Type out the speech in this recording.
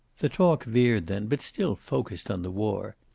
the talk veered then, but still focused on the war.